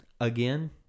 again